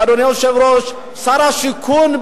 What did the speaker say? אדוני היושב-ראש: שר השיכון,